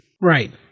Right